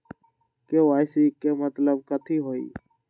KYC के मतलब कथी होई?